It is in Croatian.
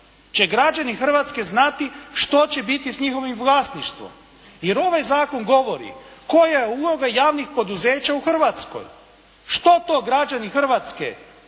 će građani Hrvatske znati što će biti sa njihovim vlasništvom. Jer ovaj Zakon govori koja je uloga javnih poduzeća u Hrvatskoj. Što to građani Hrvatske kao